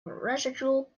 residual